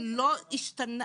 לא השתנה.